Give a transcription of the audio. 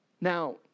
Now